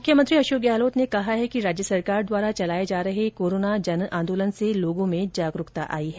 मुख्यमंत्री अशोक गहलोत ने कहा है कि राज्य सरकार द्वारा चलाए जा रहे कोरोना जन आंदोलन से लोगों में जागरूकता बढ़ी है